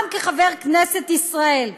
גם כחבר כנסת ישראל.